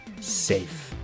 safe